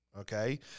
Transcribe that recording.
Okay